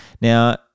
Now